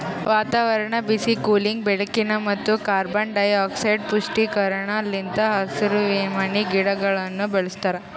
ವಾತಾವರಣ, ಬಿಸಿ, ಕೂಲಿಂಗ್, ಬೆಳಕಿನ ಮತ್ತ ಕಾರ್ಬನ್ ಡೈಆಕ್ಸೈಡ್ ಪುಷ್ಟೀಕರಣ ಲಿಂತ್ ಹಸಿರುಮನಿ ಗಿಡಗೊಳನ್ನ ಬೆಳಸ್ತಾರ